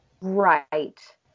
Right